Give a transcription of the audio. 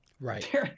Right